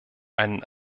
einen